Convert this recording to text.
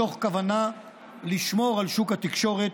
בתוך כוונה לשמור על שוק התקשורת,